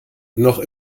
noch